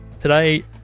Today